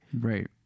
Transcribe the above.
Right